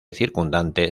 circundante